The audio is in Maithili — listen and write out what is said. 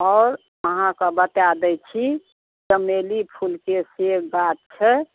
आओर अहाँके बता दै छी चमेली फूलके से गाछ छै